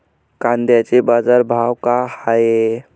कांद्याचे बाजार भाव का हाये?